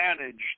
managed